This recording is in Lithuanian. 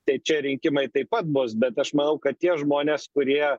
tai čia rinkimai taip pat bus bet aš manau kad tie žmonės kurie